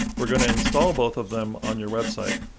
we're going to install both of them on your website.